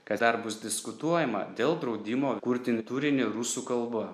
kad dar bus diskutuojama dėl draudimo kurti turinį rusų kalba